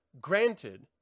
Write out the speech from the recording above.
granted